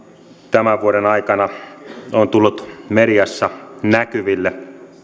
tämän vuoden aikana on tullut mediassa näkyville